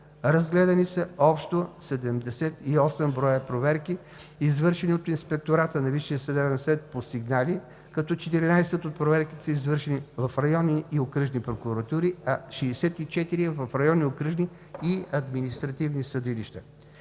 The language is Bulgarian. Разгледани са общо 78 броя проверки, извършени от Инспектората на Висшия съдебен съвет по сигнали, като 14 от проверките са извършени в районни и окръжни прокуратури, а 64 – в районни, окръжни и административни съдилища.